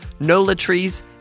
NolaTrees